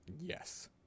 Yes